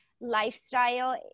lifestyle